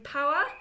Power